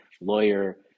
lawyer